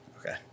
Okay